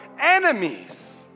enemies